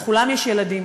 לכולם יש ילדים,